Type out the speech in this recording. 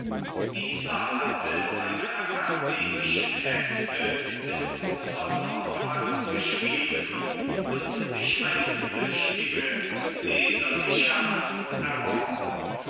dieser hatte seine akademischen hefte mit großer sorgfalt geschrieben und sich eine flüchtige leserliche hand erworben